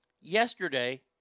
Yesterday